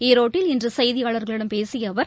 ஈரோட்டில் இன்று செய்தியாளர்களிடம் பேசிய அவர்